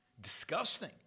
disgusting